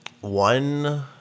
one